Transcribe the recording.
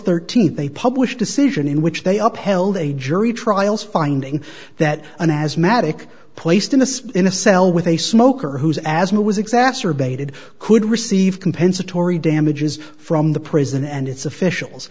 thirteenth they published decision in which they upheld a jury trials finding that an asthmatic placed in this in a cell with a smoker who's asthma was exacerbated could receive compensatory damages from the prison and its officials